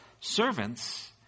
servants